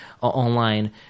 online